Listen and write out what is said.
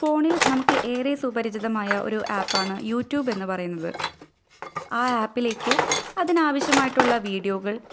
ഫോണില് നമുക്ക് ഏറെ സുപരിചിതമായ ഒരു ആപ്പാണ് യൂറ്റൂബെന്ന് പറയുന്നത് ആ ആപ്പിലേക്ക് അതിനാവശ്യമായിട്ടുള്ള വീഡിയോകള്